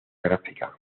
gráfica